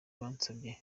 bansabye